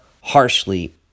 harshly